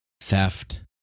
theft